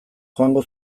joango